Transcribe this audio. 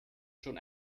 schon